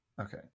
Okay